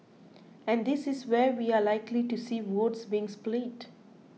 and this is where we are likely to see votes being split